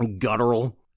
Guttural